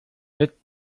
jetzt